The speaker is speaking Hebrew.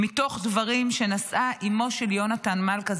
מתוך דברים שנשאה בטקס האזכרה אימו של יהונתן מלכה,